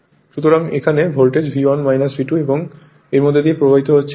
সুতরাং এখানে voltage V1 V2 এবং এর মধ্য দিয়ে প্রবাহিত হচ্ছে I1